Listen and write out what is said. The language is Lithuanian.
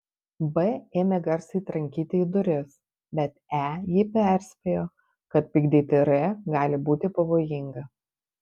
b ėmė garsiai trankyti į duris bet e jį perspėjo kad pykdyti r gali būti pavojinga